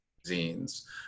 Magazines